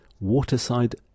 Waterside